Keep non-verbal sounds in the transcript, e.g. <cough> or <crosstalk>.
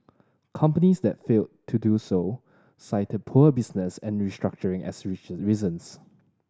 companies that failed to do so cited poor business and restructuring as <unintelligible> reasons